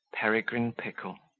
peregrine pickle.